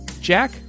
Jack